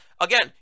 again